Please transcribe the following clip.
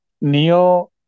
Neo